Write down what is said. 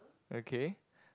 okay